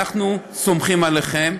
אנחנו סומכים עליכם,